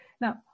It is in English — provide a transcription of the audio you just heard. Now